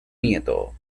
nieto